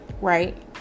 right